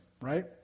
right